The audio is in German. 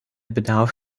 bedarf